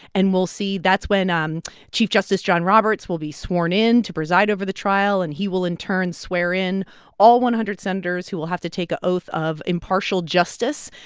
and we'll see that's when um chief justice john roberts will be sworn in to preside over the trial. and he will, in turn, swear in all one hundred senators who will have to take a oath of impartial justice.